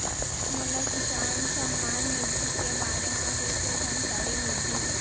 मोला किसान सम्मान निधि के बारे म कइसे जानकारी मिलही?